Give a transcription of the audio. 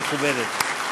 המכובדת.